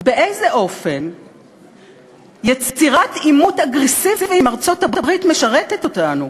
באיזה אופן יצירת עימות אגרסיבי עם ארצות-הברית משרתת אותנו?